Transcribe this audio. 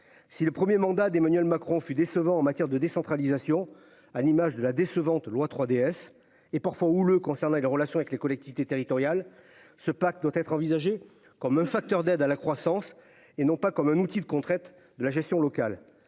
si le 1er mandat d'Emmanuel Macron fut décevant en matière de décentralisation à l'image de la décevante loi 3DS et parfois houleux concernant les relations avec les collectivités territoriales, ce pacte doit être envisagé comme un facteur d'aide à la croissance et non pas comme un outil de qu'on traite de la gestion locale,